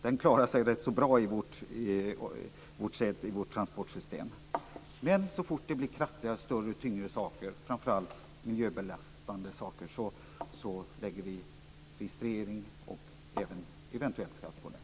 Den klarar sig rätt bra i vårt transportsystem, men så fort det gäller större, tyngre och framför allt miljöbelastande saker blir det fråga om registrering och eventuellt även en skatt.